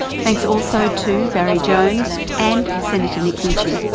thanks also to barry jones and senator nick minchin.